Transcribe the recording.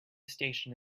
station